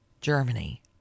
Germany